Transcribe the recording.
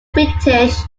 british